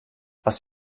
was